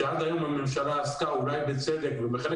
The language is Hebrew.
שעד היום הממשלה עשתה ואולי בצדק ובחלק